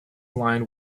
lined